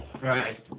Right